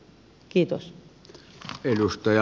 se ei ole kohtuullista